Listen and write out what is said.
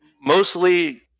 mostly